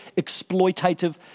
exploitative